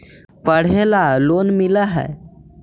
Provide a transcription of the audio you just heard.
पढ़े ला लोन मिल है?